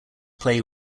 play